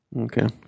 Okay